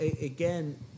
again